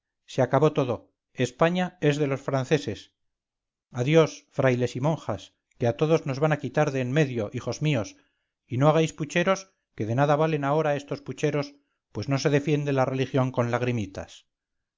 se acabó todo españa es de los franceses adiós frailes y monjas que a todos nos van a quitar de en medio hijos míos y no hagáis pucheros que de nadavalen ahora estos pucheros pues no se defiende la religión con lagrimitas